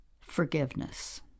Forgiveness